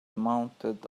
mounted